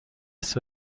است